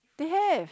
they have